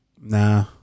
Nah